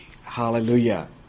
Hallelujah